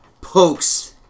pokes